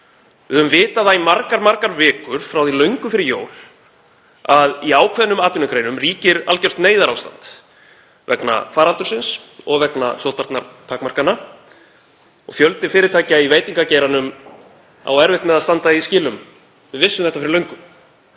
Við höfum vitað í margar vikur, frá því löngu fyrir jól, að í ákveðnum atvinnugreinum ríkir algjört neyðarástand vegna faraldursins og vegna sóttvarnatakmarkana. Fjöldi fyrirtækja í veitingageiranum á erfitt með að standa í skilum. Við vissum þetta fyrir löngu.